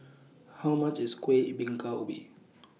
How much IS Kuih Bingka Ubi